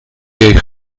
eich